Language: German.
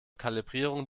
kalibrierung